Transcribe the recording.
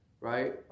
Right